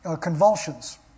convulsions